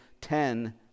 Ten